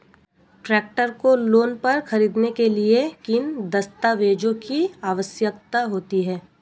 Tractor को loan पर खरीदने के लिए किन दस्तावेज़ों की आवश्यकता होती है?